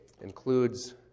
includes